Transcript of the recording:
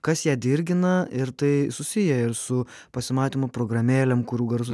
kas ją dirgina ir tai susiję ir su pasimatymų programėlėm kurių garsus aš naudoju